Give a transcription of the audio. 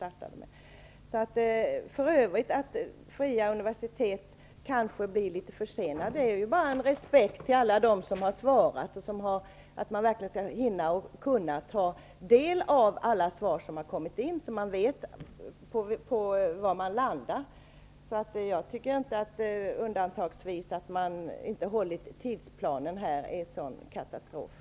Att fria universitet kanske blir litet försenade är för övrigt bara av respekt för alla dem som har svarat, så att man verkligen skall hinna med att ta del av alla svar som har kommit in. Då vet man bättre var man landar. Jag tycker inte att det är en så stor katastrof att man inte -- undantagsvis -- har hållit tidsplanen.